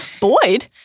Boyd